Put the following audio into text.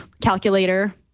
calculator